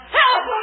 help